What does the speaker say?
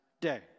day